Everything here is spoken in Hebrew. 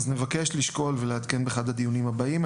נבקש לשקול ולעדכן באחד הדיונים הבאים.